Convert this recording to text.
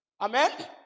Amen